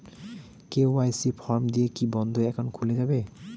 KYC form দিয়ে কি বন্ধ একাউন্ট খুলে যাবে?